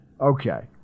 Okay